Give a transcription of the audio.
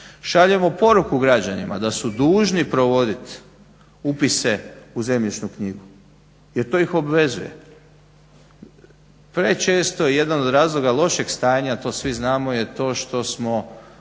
Šaljemo poruku građanima da su dužni provoditi upise u zemljišnu knjigu jer ih to obvezuje. Prečesto jedan od razloga lošeg stanja, a to svi znamo, je to što smo